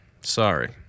Sorry